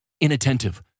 inattentive